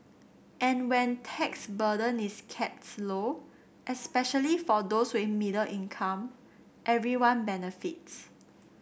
and when tax burden is kept low especially for those with middle income everyone benefits